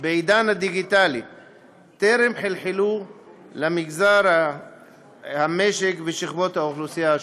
בעידן הדיגיטלי טרם חלחלו לכל מגזרי המשק ושכבות האוכלוסייה.